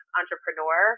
entrepreneur